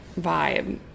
vibe